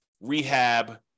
rehab